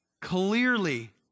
clearly